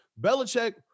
Belichick